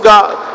God